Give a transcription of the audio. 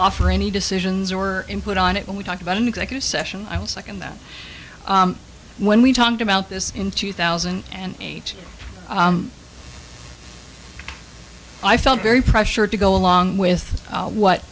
offer any decisions or input on it when we talked about an executive session i will second that when we talked about this in two thousand and eight i felt very pressured to go along with what